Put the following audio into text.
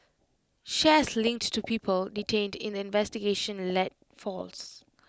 shares linked to people detained in the investigation led falls